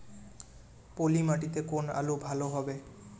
পলি মাটিতে কোন আলু ভালো হবে?